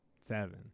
seven